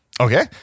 Okay